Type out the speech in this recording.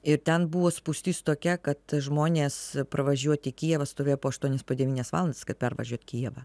ir ten buvo spūstis tokia kad žmonės pravažiuoti kijevą stovėjo po aštuonias po devynias valandas kad pervažiuot kijevą